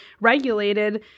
regulated